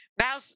Now